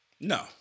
No